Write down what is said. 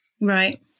Right